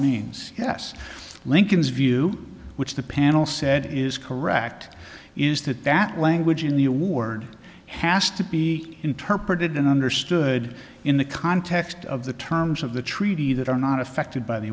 means yes lincoln's view which the panel said is correct is that that language in the award has to be interpreted and understood in the context of the terms of the treaty that are not affected by the